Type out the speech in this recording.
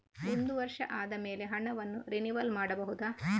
ಒಂದು ವರ್ಷ ಆದಮೇಲೆ ಹಣವನ್ನು ರಿನಿವಲ್ ಮಾಡಬಹುದ?